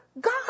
God